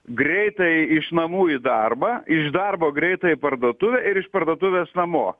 greitai iš namų į darbą iš darbo greitai į parduotuvę ir iš parduotuvės namo